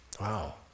Wow